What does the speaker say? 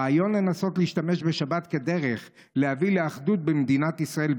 הרעיון לנסות להשתמש בשבת כדרך להביא לאחדות במדינת ישראל,